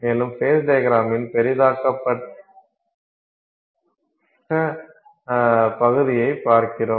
மேலும் ஃபேஸ் டையக்ரமின் பெரிதாக்கப்பட்ட பகுதியைப் பார்க்கிறோம்